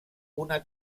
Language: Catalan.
una